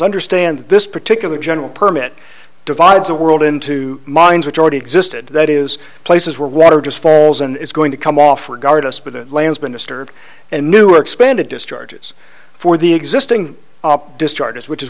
understand this particular general permit divides the world into mines which already existed that is places where water just falls and it's going to come off regardless but the lanes been disturbed and new expanded discharges for the existing discharges which is